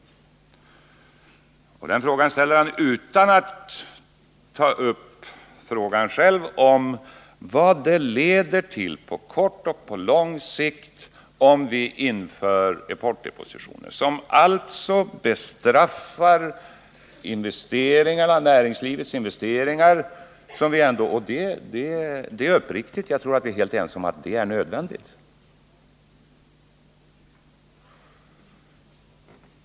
Den frågan ställer han utan att ta upp frågan om vad det leder till på kort och på lång sikt om vi inför importdepositioner. Jag tror att vi är helt ense om att det är nödvändigt att få fart på näringslivets investeringar.